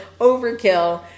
overkill